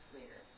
later